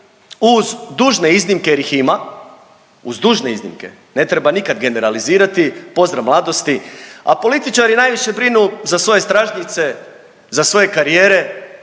uz dužne iznimne jer ih ima, uz dužne iznimke, ne treba nikad generalizirati, pozdrav mladosti. A političari najviše brinu za svoje stražnjice, za svoje karijere,